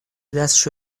دستشو